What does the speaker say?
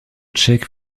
tchèque